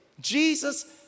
Jesus